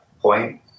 point